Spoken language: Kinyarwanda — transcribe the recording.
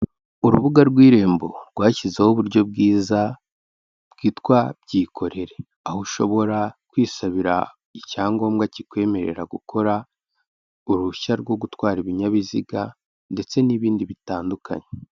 Urubuga rw'irembo rwashyizeho uburyo bwiza bwitwa byikorere, aho ushobora kwisabira icyangombwa kikwemerera gukora, uruhushya rwo gutwara ibinyabiziga ndetse n'ibindi bitandukanye.